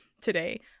today